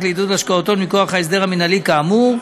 לעידוד השקעות הון מכוח ההסדר המינהלי כאמור,